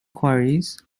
quarries